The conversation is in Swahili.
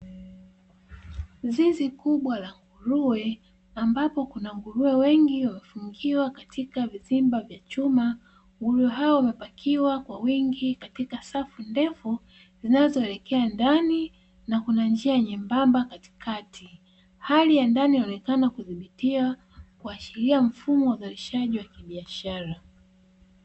Zizi kubwa la nguruwe ambapo kuna nguruwe wengi wamefungiwa katika vizimba vya chuma, nguruwe hawa wamepakiwa kwa wingi katika safu ndefu zinazoelekea ndani na kuna njia nyembamba katikati. Hali ya ndani inaonekana kuvutia kuashiria mfumo wa uzalishaji wa kibiashara.